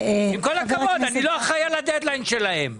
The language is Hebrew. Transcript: אני לא אחראי על הדד-ליין שלהם.